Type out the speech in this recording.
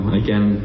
again